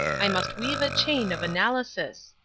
i must weave a chain of analysis.